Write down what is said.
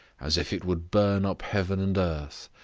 as if it would burn up heaven and earth,